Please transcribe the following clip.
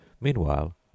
Meanwhile